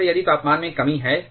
जैसे यदि तापमान में कमी है